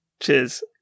cheers